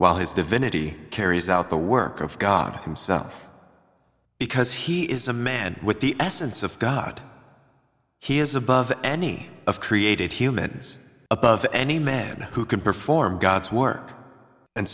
while his divinity carries out the work of god himself because he is a man with the essence of god he is above any of created humans above any man who can perform god's work and